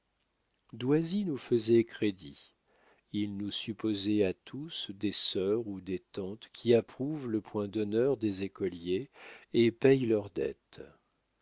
doisy nous faisait crédit il nous supposait à tous des sœurs ou des tantes qui approuvent le point d'honneur des écoliers et payent leurs dettes